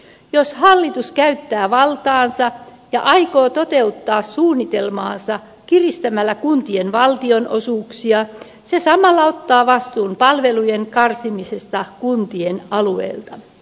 jos hallitus käyttää valtaansa ja aikoo toteuttaa suunnitelmaansa kiristämällä kuntien valtionosuuksia se samalla ottaa vastuun palvelujen karsimisesta kuntien alueelta